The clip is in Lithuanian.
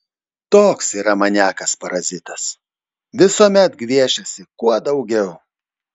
toks yra maniakas parazitas visuomet gviešiasi kuo daugiau